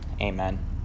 amen